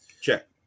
Check